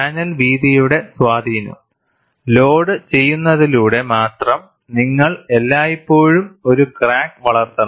panel വീതിയുടെ സ്വാധീനം load ചെയ്യുന്നതിലൂടെ മാത്രം നിങ്ങൾ എല്ലായ്പ്പോഴും ഒരു ക്രാക്ക് വളർത്തണം